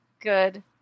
good